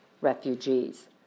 refugees